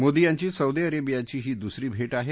मोदी यांची सौदी अरेबियाची ही दुसरी भेट आहे